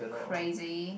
crazy